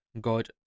God